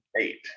Eight